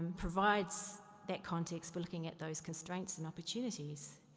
provides that context for looking at those constraints and opportunities